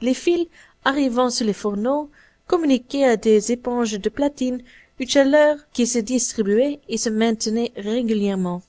les fils arrivant sous les fourneaux communiquaient à des éponges de platine une chaleur qui se distribuait et se maintenait régulièrement